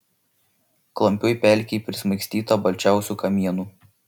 klampioj pelkėj prismaigstyta balčiausių kamienų